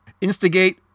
instigate